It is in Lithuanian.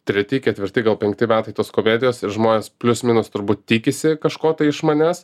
treti ketvirti gal penkti metai tos komedijos ir žmonės plius minus turbūt tikisi kažko tai iš manęs